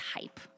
hype